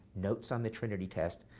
notes on the trinity test,